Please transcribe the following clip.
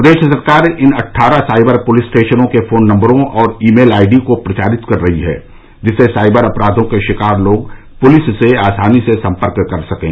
प्रदेश सरकार इन अट्ठारह साइबर पूलिस स्टेशनों के फोन नंबरों ओर ई मेल आई डी को प्रचारित कर रही है जिससे साइबर अपराधों के शिकार लोग पुलिस से आसानी से संपर्क कर सकें